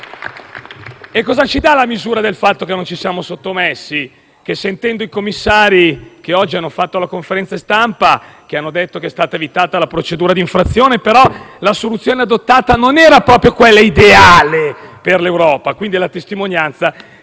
Cosa ci dà la misura del fatto che non ci siamo sottomessi? La circostanza che i commissari europei oggi, durante la conferenza stampa, abbiano detto che è stata evitata la procedura di infrazione ma la soluzione adottata non è proprio quella ideale per l'Europa. Questa è la testimonianza